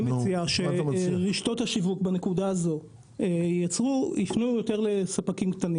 אני מציע שרשתות השיווק יפנו יותר לספקים קטנים